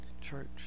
church